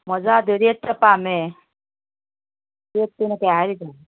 ꯃꯣꯖꯥꯗꯨ ꯔꯦꯠꯇ ꯄꯥꯝꯃꯦ ꯔꯦꯠꯇꯨꯅ ꯀꯌꯥ ꯍꯥꯏꯔꯤꯕ